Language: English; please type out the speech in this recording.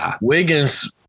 Wiggins